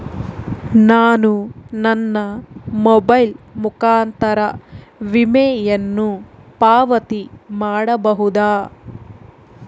ನಾನು ನನ್ನ ಮೊಬೈಲ್ ಮುಖಾಂತರ ವಿಮೆಯನ್ನು ಪಾವತಿ ಮಾಡಬಹುದಾ?